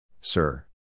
sir